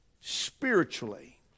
spiritually